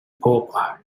pop